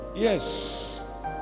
yes